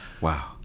Wow